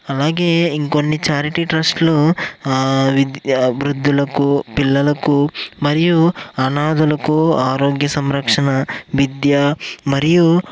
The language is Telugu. అలాగే ఇంకొన్ని చారిటీ ట్రస్ట్లు విద్యా భి వృద్ధులకు పిల్లలకు మరియు అనాథలకు ఆరోగ్య సంరక్షణ విద్యా మరియు